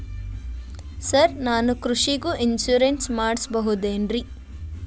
Sir ನಾನು ಕೃಷಿಗೂ insurance ಮಾಡಸಬಹುದೇನ್ರಿ?